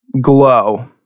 glow